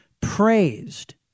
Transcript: praised